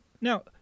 Now